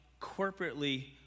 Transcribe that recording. corporately